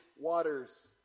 waters